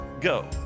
go